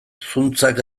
zuntzak